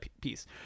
piece